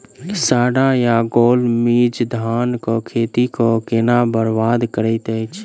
साढ़ा या गौल मीज धान केँ खेती कऽ केना बरबाद करैत अछि?